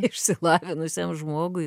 išsilavinusiam žmogui